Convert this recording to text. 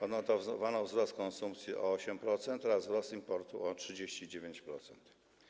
Odnotowano wzrost konsumpcji o 8% oraz wzrost importu o 39%.